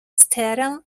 streatham